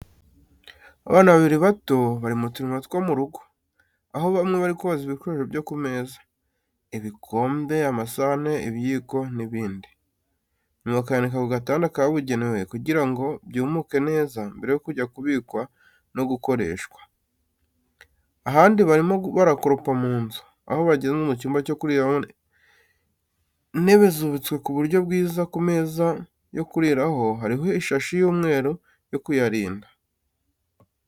Abana babiri bato bari mu turimo two mu rugo, aho hamwe barikoza ibikoresho byo ku meza: ibikombe, amasahani, ibiyiko n'ibindi, nyuma bakabyanika ku gatanda kabugenewe kugira ngo byumuke neza mbere yo kujya kubikwa no gukoreshwa. Ahandi barimo barakoropa mu nzu, aho bageze mu cyumba cyo kuriramo, intebe bazubitse ku buryo bwiza ku meza yo kuriraho hariho ishashi y'umweru yo kuyarinda.